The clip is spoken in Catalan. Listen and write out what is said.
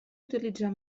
utilitzar